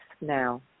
now